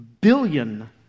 Billion